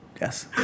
Yes